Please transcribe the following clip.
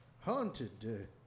haunted